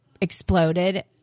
exploded